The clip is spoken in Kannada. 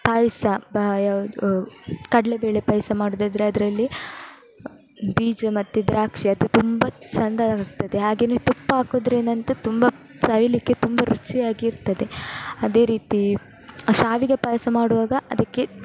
ಪಾಯಸ ಬಾ ಯಾವುದು ಕಡಲೇಬೇಳೆ ಪಾಯಸ ಮಾಡೋದಾದ್ರೆ ಅದರಲ್ಲಿ ಬೀಜ ಮತ್ತೆ ದ್ರಾಕ್ಷಿ ಅದು ತುಂಬ ಚೆಂದಾಗ್ತದೆ ಹಾಗೆಯೇ ತುಪ್ಪ ಹಾಕೋದ್ರಿಂದಂತೂ ತುಂಬ ಸವಿಲಿಕ್ಕೆ ತುಂಬ ರುಚಿಯಾಗಿರ್ತದೆ ಅದೇ ರೀತಿ ಶಾವಿಗೆ ಪಾಯಸ ಮಾಡುವಾಗ ಅದಕ್ಕೆ